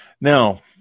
now